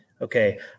Okay